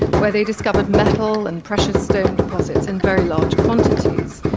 where they discovered metal and precious stone deposits in very large quantities.